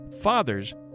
fathers